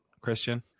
Christian